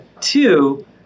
two